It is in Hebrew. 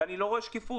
ואני לא רואה שקיפות.